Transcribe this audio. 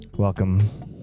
Welcome